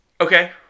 Okay